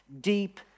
deep